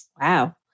Wow